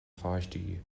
pháistí